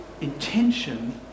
intention